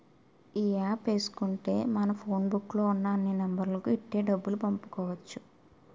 ఈ యాప్ ఏసుకుంటే మనం ఫోన్ బుక్కు లో ఉన్న అన్ని నెంబర్లకు ఇట్టే డబ్బులు పంపుకోవచ్చు